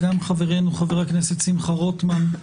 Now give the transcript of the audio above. חברנו חבר הכנסת שמחה רוטמן,